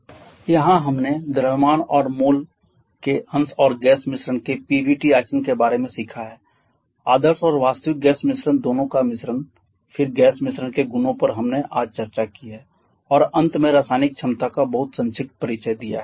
slide समय देखें 10001 यहां हमने द्रव्यमान और मोल के अंश और गैस मिश्रण के P v T आचरण के बारे में सीखा है आदर्श और वास्तविक गैस मिश्रण दोनों का मिश्रण फिर गैस मिश्रण के गुणों पर हमने आज चर्चा की है और अंत में रासायनिक क्षमता का बहुत संक्षिप्त परिचय दिया है